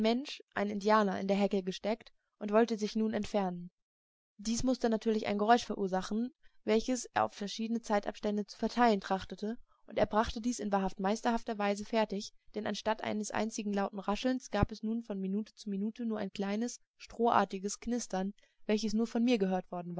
ein indianer in der hecke gesteckt und wollte sich nun entfernen dies mußte natürlich ein geräusch verursachen welches er auf verschiedene zeitabstände zu verteilen trachtete und er brachte dies in wahrhaft meisterhafter weise fertig denn anstatt eines einzigen lauten raschelns gab es nun von minute zu minute nur ein leises strohartiges knistern welches nur von mir gehört worden